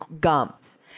gums